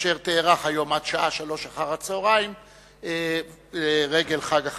אשר תארך היום עד השעה 15:00 לרגל חג החנוכה,